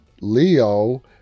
Leo